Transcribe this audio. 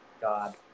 God